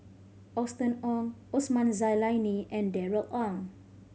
Austen Ong Osman Zailani and Darrell Ang